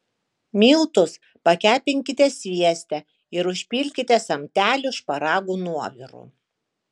miltus pakepinkite svieste ir užpilkite samteliu šparagų nuoviru